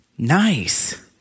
Nice